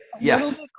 Yes